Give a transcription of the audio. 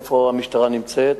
איפה המשטרה נמצאת,